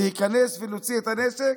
להיכנס ולהוציא את הנשק?